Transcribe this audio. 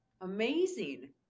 Amazing